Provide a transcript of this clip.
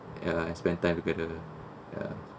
yeah I spend time together ya